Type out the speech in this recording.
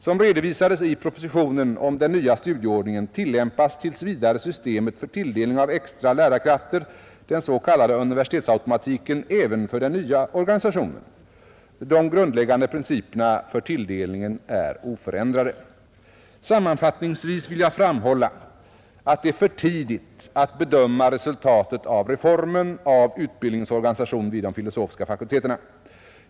Som redovisades i propositionen om den nya studieordningen tillämpas tills vidare systemet för tilldelning av extra lärarkrafter, den s.k. universitetsautomatiken, även för den nya organisationen. De grundläggande principerna för tilldelningen är oförändrade. Sammanfattningsvis vill jag framhålla att det är för tidigt att bedöma resultaten av reformen av utbildningens organisation vid de filosofiska fakulteterna.